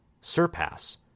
surpass